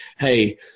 hey